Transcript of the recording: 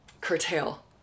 curtail